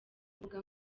mbuga